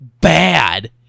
bad